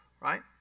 right